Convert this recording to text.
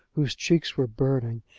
whose cheeks were burning,